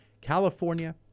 California